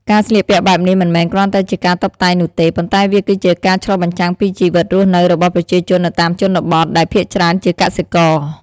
ការស្លៀកពាក់បែបនេះមិនមែនគ្រាន់តែជាការតុបតែងនោះទេ ប៉ុន្តែវាគឺជាការឆ្លុះបញ្ចាំងពីជីវិតរស់នៅរបស់ប្រជាជននៅតាមជនបទ ដែលភាគច្រើនជាកសិករ។